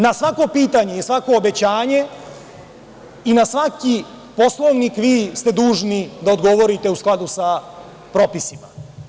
Na svako pitanje i svako obećanje i na svaki Poslovnik vi ste dužni da odgovorite, u skladu sa propisima.